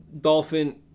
dolphin